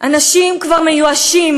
אנשים כבר מיואשים,